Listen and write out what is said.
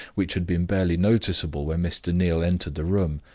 which had been barely noticeable when mr. neal entered the room,